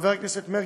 חבר הכנסת מרגי,